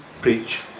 preach